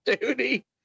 duty